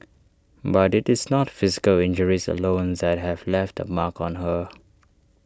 but IT is not physical injuries alone that have left A mark on her